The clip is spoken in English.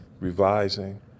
revising